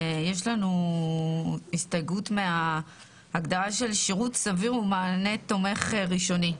יש לנו הסתייגות מההגדרה של שירות סביר ומענה תומך ראשוני.